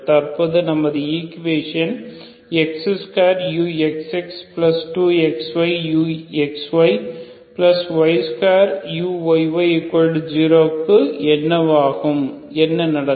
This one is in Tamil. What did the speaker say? தற்பொழுது நமது ஈக்குவேஷன் x2uxx2xyuxyy2uyy0 க்கு என்னவாகும் என்ன நடக்கும்